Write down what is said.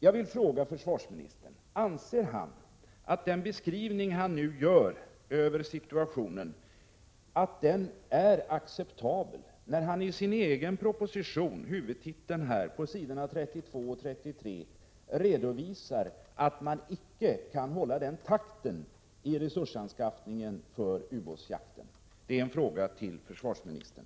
Jag vill fråga försvarsministern om han anser att situationen är acceptabel, när han i sin egen del av budgetpropositionen, på s. 32-33 i försvarshuvudtiteln, redovisar att man icke kan hålla den takt som förutsatts i resursanskaffningen för ubåtsjakten. Det är en fråga till försvarsministern.